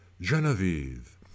Genevieve